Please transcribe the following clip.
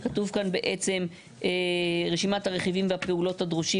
כתוב כאן בעצם "רשימת הכיבים והפעולות הדרושים